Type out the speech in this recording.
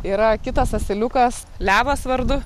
yra kitas asiliukas levas vardu